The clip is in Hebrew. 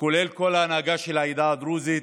כולל כל ההנהגה של העדה הדרוזית,